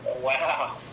Wow